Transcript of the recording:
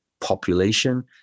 population